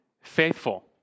faithful